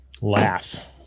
Laugh